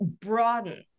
broaden